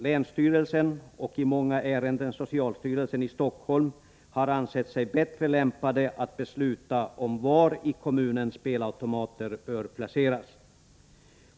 Länsstyrelsen och i många ärenden socialstyrelsen i Stockholm har ansett sig bättre lämpade att besluta om var i kommunen spelautomater bör placeras.